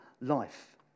life